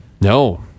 No